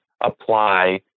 apply